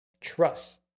Trust